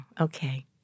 okay